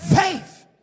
Faith